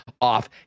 off